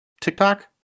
TikTok